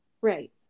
Right